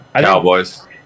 Cowboys